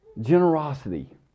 Generosity